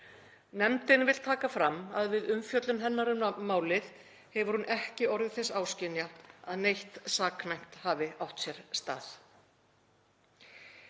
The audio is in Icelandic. Nefndin vill taka fram að við umfjöllun hennar um málið hefur hún ekki orðið þess áskynja að neitt saknæmt hafi átt sér stað.